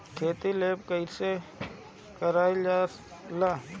खेतो में लेप कईसे लगाई ल जाला?